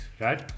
right